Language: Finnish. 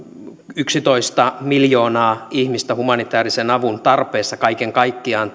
yksitoista miljoonaa ihmistä humanitäärisen avun tarpeessa kaiken kaikkiaan